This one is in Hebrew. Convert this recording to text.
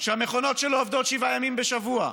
שהמכונות שלו עובדות שבעה ימים בשבוע,